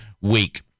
week